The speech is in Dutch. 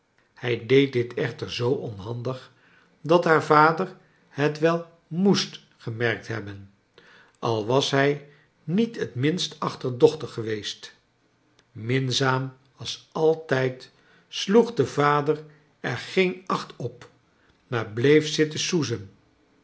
hij deed dit echter zoo onhandig dat haar vader het wel moest gemerkt hebben al was hij niet het minst achterdochtig geweest minzaam als altijd sloeg de vader er geen acht op maar bleef zitten soezen